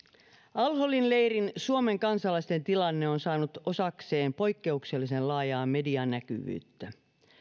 al holin leirin suomen kansalaisten tilanne on saanut osakseen poikkeuksellisen laajaa medianäkyvyyttä